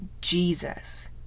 Jesus